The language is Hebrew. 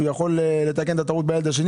יכול לתקן את הטעות בילד השני,